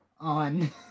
on